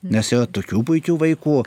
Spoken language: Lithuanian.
nes yra tokių puikių vaikų